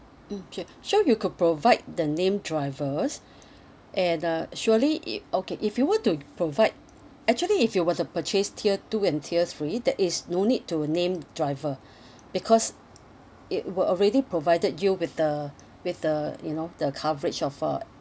mmhmm okay sure you could provide the named drivers and uh surely it okay if you were to provide actually if you were to purchase tier two and tier three there is no need to name driver because it were already provided you with the with the you know the coverage of uh